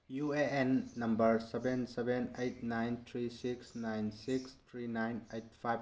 U A N number seven seven eight nine three six nine six three nine eight five